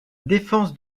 défense